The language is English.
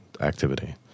activity